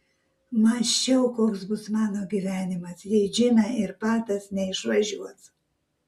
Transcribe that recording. mąsčiau o koks bus mano gyvenimas jei džina ir patas neišvažiuos